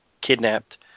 kidnapped